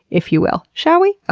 if you will. shall we? ah